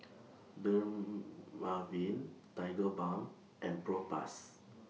Dermaveen Tigerbalm and Propass